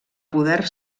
poder